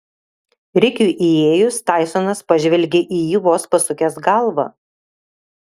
rikiui įėjus taisonas pažvelgė į jį vos pasukęs galvą